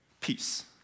peace